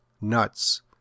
nuts